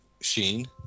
sheen